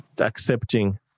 accepting